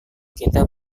kita